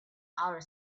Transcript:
outer